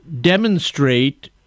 demonstrate